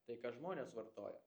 tai ką žmonės vartoja